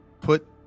put